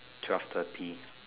twelve thirty